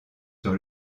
sur